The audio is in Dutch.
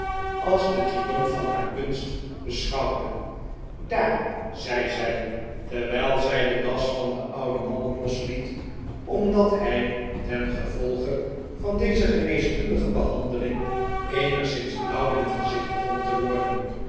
als de triomf van haar kunst beschouwde daar zei zij terwijl zij de das van den ouden man losliet omdat hij ten gevolge van deze geneeskundige behandeling eenigszins blauw in zijn gezicht begon te worden